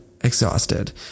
exhausted